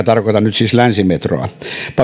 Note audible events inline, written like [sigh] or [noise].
[unintelligible] tarkoita länsimetroa